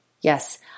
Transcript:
Yes